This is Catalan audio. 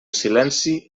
silenci